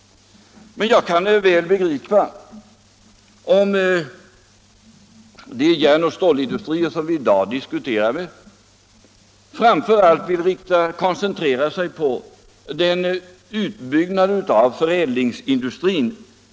Jag kan väl begripa om de järnoch stålindustrier som vi i dag diskuterar med framför allt vill koncentrera sig på en utbyggnad av förädlingsindustrin.